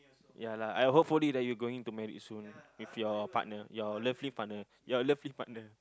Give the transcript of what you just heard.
ya lah I hopefully that you going to married soon with your partner your lovely partner your lovely partner